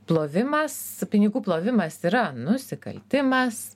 plovimas pinigų plovimas yra nusikaltimas